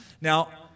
Now